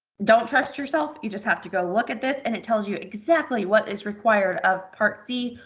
don't trust yourself. you just have to go look at this, and it tells you exactly what is required of part c,